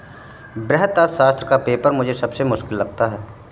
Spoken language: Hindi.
वृहत अर्थशास्त्र का पेपर मुझे सबसे मुश्किल लगता है